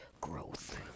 growth